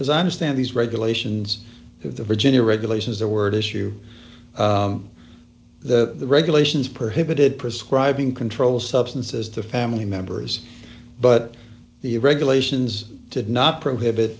as i understand these regulations of the virginia regulations the word issue the regulations prohibited prescribing controlled substances to family members but the regulations to not prohibit